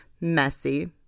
messy